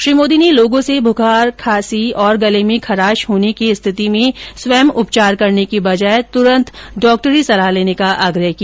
श्री मोदी ने लोगों से बुखार खांसी गले में खराश होने की स्थिति में स्वय उपचार करने की बजाय तुरंत डॉक्टरी सलाह लेने को आग्रह किया